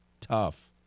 tough